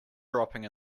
dropping